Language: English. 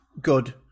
good